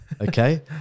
Okay